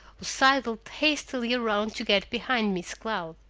sidled hastily around to get behind miss cloud.